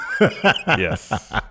Yes